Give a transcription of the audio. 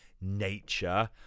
nature